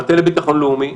המטה לביטחון לאומי,